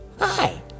Hi